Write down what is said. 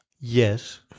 Yes